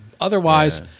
Otherwise